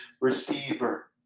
receiver